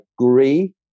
agree